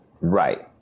Right